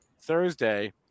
Thursday